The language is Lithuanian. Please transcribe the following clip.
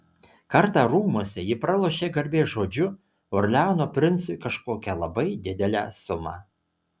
kartą rūmuose ji pralošė garbės žodžiu orleano princui kažkokią labai didelę sumą